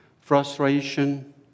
frustration